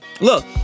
Look